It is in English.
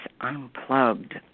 Unplugged